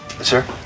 sir